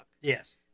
Yes